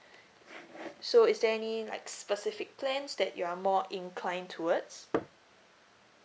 so is there any like specific plans that you are more inclined towards